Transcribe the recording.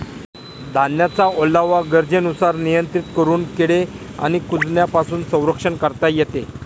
धान्याचा ओलावा गरजेनुसार नियंत्रित करून किडे आणि कुजण्यापासून संरक्षण करता येते